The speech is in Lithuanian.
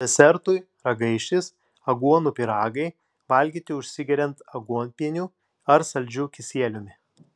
desertui ragaišis aguonų pyragai valgyti užsigeriant aguonpieniu ar saldžiu kisieliumi